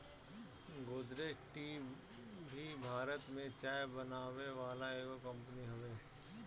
Godrej tea भी भारत में चाय बनावे वाला एगो कंपनी हवे